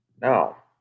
now